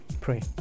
Pray